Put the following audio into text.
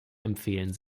empfehlen